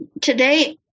today